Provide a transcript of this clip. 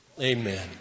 Amen